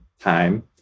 time